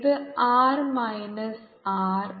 ഇത് r minus R